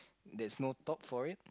there's no top for it